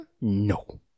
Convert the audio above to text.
No